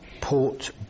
Port